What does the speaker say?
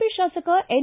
P ಶಾಸಕ N